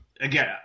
Again